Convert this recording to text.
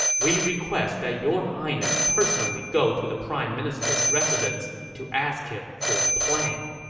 we request that your highness personally go to the prime minister's residence to ask him for a plan.